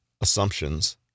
assumptions